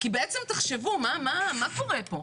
בעצם תחשבו מה קורה פה?